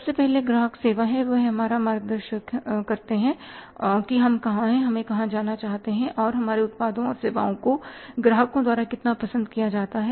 सबसे पहले ग्राहक सेवा है वे हमारा मार्गदर्शन करते हैं कि हम कहाँ हैं और हम कहाँ जाना चाहते हैं और हमारे उत्पादों और सेवाओं को ग्राहकों द्वारा कितना पसंद किया जाता है